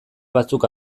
batzuk